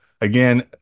Again